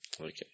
Okay